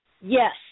yes